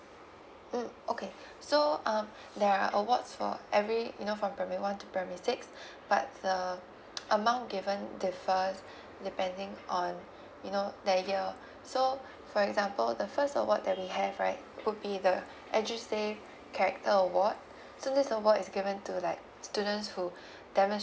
mm okay so um there're awards for every you know from primary one to primary six but the amount given differs depending on you know the year so for example the first award that we have right would be the edusave character award so this award is given to like students who